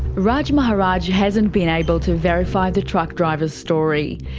raj maharaj hasn't been able to verify the truck driver's story.